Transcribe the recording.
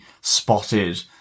spotted